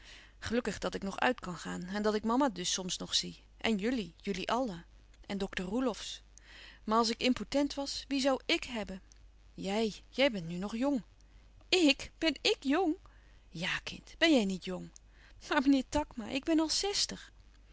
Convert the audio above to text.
gelukkig dat ik nog uit kan gaan en dat ik mama dus soms nog zie en jullie jullie allen en dokter roelofsz maar als ik impotent was wie zoû ik hebben jij je bent nu nog jong ik ben ik jong ja kind ben jij niet jong maar meneer takma ik ben al zestig